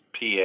PA